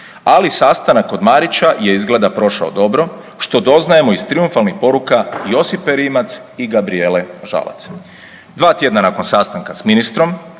ali sastanak kod Marića je izgleda prošao dobro, što doznajemo iz trijumfalnih poruka Josipe Rimac i Gabrijele Žalac. Dva tjedna nakon sastanka s ministrom